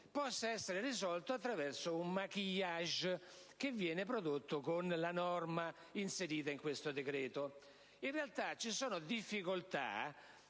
possa essere risolta attraverso un *maquillage* prodotto con la norma inserita in questo provvedimento. In realtà, ci sono difficoltà